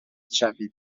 شوید